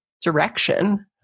direction